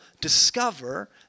discover